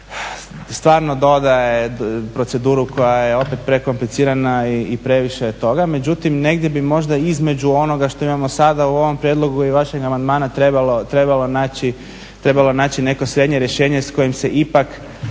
stvarno dodaje proceduru koja je opet prekomplicirana i previše je toga. Međutim, negdje bi možda između onoga što imamo sada u ovom prijedlogu i vašeg amandmana trebalo naći neko srednje rješenje s kojim se ipak